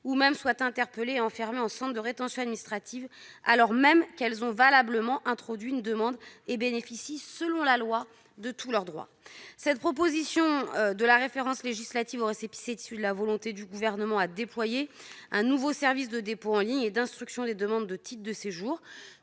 ou même soient interpellées et enfermées en centre de rétention administrative alors même qu'elles ont valablement introduit une demande et bénéficient selon la loi de tous leurs droits. Cette suppression de la référence législative aux récépissés est issue de la volonté du Gouvernement de déployer un nouveau service de dépôt en ligne et d'instruction dématérialisée des demandes de titre de séjour.